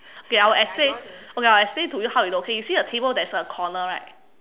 okay I will explain okay I will explain to you how you know okay you see the table there is a corner right